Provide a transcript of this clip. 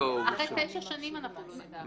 --- אחרי תשע שנים לא נדע.